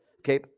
okay